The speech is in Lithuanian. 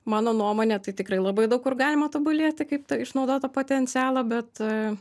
mano nuomone tai tikrai labai daug kur galima tobulėti kaip ta išnaudot tą potencialą bet